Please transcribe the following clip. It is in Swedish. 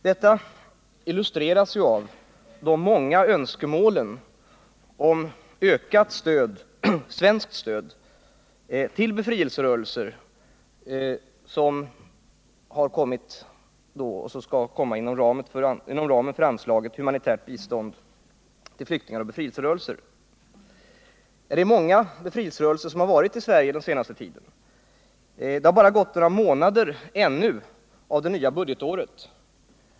Detta illustreras av de många önskemålen om ökat svenskt stöd till befrielserörelser som har framförts inom ramen för anslaget för humanitärt bistånd till flyktingar och befrielserörelser. En rad representanter för befrielserörelser har besökt Sverige under den senaste tiden. Det har ännu bara gått några månader av det nya budgetåret.